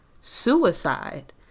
suicide